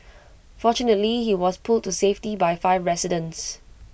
fortunately he was pulled to safety by five residents